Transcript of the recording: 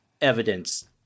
evidence